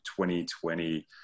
2020